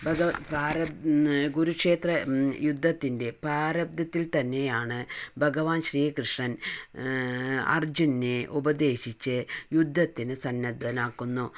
ഭഗവത് ഭാരത് കുരുക്ഷേത്ര യുദ്ധത്തിന്റെ പ്രാരാബ്ധത്തിൽ തന്നെയാണ് ഭഗവാൻ ശ്രീകൃഷ്ണൻ അർജുനനെ ഉപദേശിച്ച് യുദ്ധത്തിന് സന്നദ്ധനാക്കുന്നു